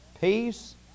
peace